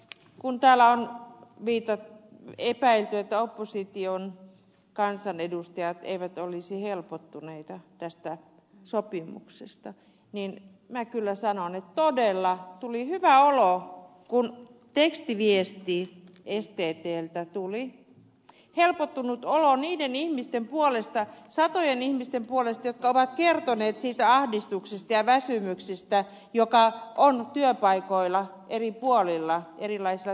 kun täällä on epäilty että opposition kansanedustajat eivät olisi helpottuneita tästä sopimuksesta niin minä kyllä sanon että todella tuli hyvä olo kun tekstiviesti sttltä tuli helpottunut olo niiden ihmisten puolesta satojen ihmisten puolesta jotka ovat kertoneet siitä ahdistuksesta ja väsymyksestä joka on eri puolilla erilaisilla työpaikoilla